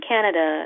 Canada